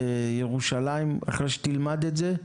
ירושלים אחרי שתלמד את זה,